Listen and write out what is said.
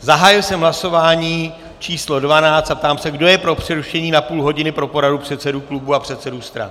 Zahájil jsem hlasování číslo 12 a ptám se, kdo je pro přerušení na půl hodiny na poradu předsedů klubů a předsedů stran.